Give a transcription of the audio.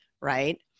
right